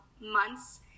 months